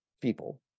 people